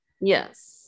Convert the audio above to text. Yes